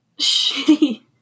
shitty